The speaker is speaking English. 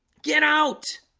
get out